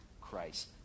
Christ